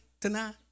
tonight